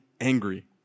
angry